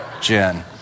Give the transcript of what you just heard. Jen